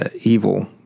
evil